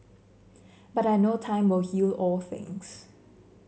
but I know time will heal all things